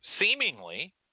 seemingly